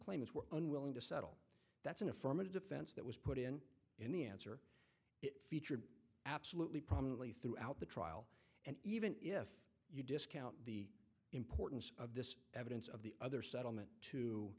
claims were unwilling to settle that's an affirmative defense that was put in in the answer it featured absolutely prominently throughout the trial and even if you discount the importance of this evidence of the other settlement to